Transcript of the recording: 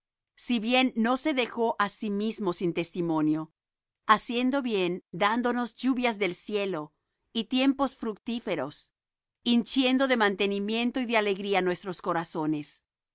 si bien no se dejó á sí mismo sin testimonio haciendo bien dándonos lluvias del cielo y tiempos fructíferos hinchiendo de mantenimiento y de alegría nuestros corazones